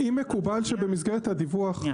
שנייה.